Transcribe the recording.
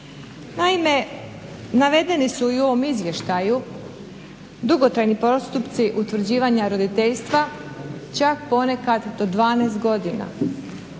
Naime, navedeni su i u ovom izvještaju dugotrajni postupci utvrđivanja roditeljstva, čak ponekad do 12 godina.